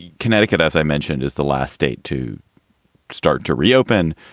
connecticut, as i mentioned, is the last state to start to reopen.